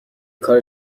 کار